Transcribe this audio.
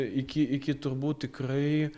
iki iki turbūt tikrai